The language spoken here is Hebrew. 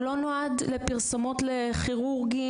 הוא לא נועד לפרסומות לכירורגים,